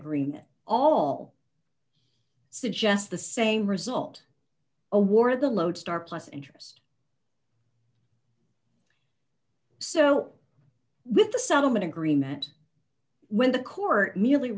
agreement all suggest the same result awar the lodestar plus interest so with the settlement agreement when the court merely